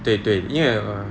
对对因为